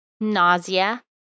nausea